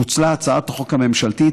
פוצלה הצעת החוק הממשלתית,